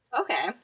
Okay